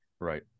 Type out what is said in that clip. Right